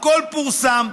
הכול פורסם,